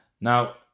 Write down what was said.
Now